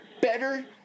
better